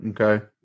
okay